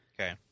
Okay